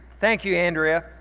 thank you, andrea.